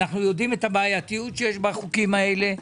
אנו יודעים את הבעייתיות שיש בחוקים הללו.